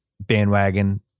bandwagon